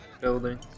building